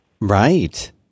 Right